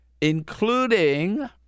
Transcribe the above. including